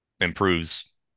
improves